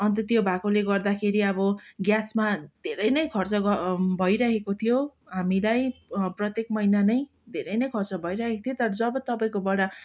अन्त त्यो भएकोले गर्दाखेरि अब ग्यासमा धेरै नै खर्च भइरहेको थियो हामीलाई प्रत्येक महिना नै धेरै नै खर्च भइरहेको थियो तर जब तपाईँकोबाट